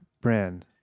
brand